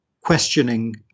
questioning